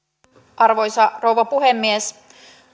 arvoisa rouva puhemies